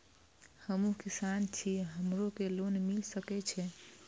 हमू किसान छी हमरो के लोन मिल सके छे?